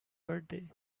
birthday